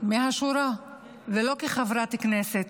מהשורה ולא כחברת כנסת,